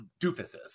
doofuses